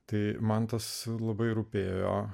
tai mantas labai rūpėjo